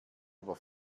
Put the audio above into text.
aber